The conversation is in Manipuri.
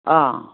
ꯑꯥ